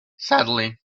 sadly